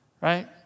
right